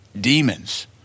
Demons